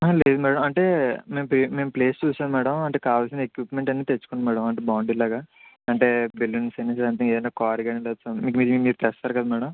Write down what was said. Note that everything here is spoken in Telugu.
లేదు మేడం అంటే మే పే మేము ప్లేస్ చూసాం మేడం అంటే కావాల్సిన ఎక్విప్మెంట్ అన్నీ తెచ్చుకోండి మేడం అంటే బాగుండే లాగా అంటే బెలూన్స్ అని కానీ లేదా కారు కానీ లేదా మీ మీరు తెస్తారు కదా మేడం